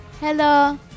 Hello